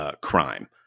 crime